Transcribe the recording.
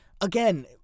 again